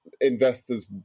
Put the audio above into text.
investors